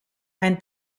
ein